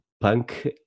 punk